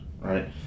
right